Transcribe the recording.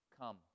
Come